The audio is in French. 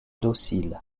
docile